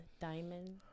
diamond